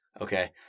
Okay